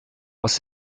aus